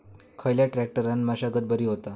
खयल्या ट्रॅक्टरान मशागत बरी होता?